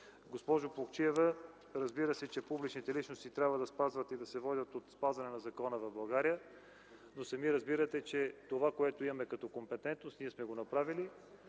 Госпожо Плугчиева, разбира се, че публичните личности трябва да спазват и да се водят от спазване на закона в България, но сами разбирате, че това, което имаме като компетентност, ние сме го направили.